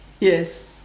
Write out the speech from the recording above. yes